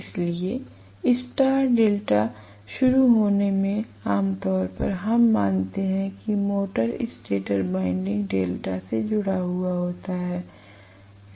इसलिए star delta शुरू होने में आमतौर पर हम मानते हैं कि मोटर स्टेटर वाइंडिंग डेल्टा में जुड़ा हुआ है